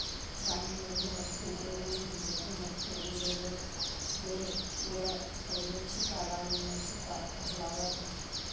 रानी मधुमक्खी एगो ही मधुमक्खी अंडे देहइ उहइ मक्षिका रानी मक्षिका कहलाबैय हइ